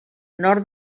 nord